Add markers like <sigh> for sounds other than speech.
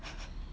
<laughs>